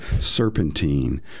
serpentine